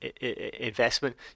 investment